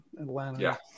Atlanta